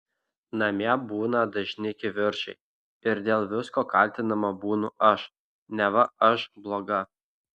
namie būna dažni kivirčai ir dėl visko kaltinama būnu aš neva aš bloga